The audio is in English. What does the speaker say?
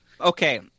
Okay